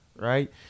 right